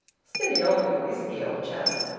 steady on with the whisky, old chap.